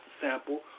Sample